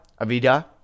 Avida